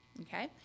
okay